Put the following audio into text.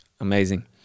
amazing